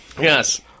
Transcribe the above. Yes